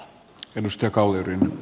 arvoisa puhemies